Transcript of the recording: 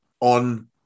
on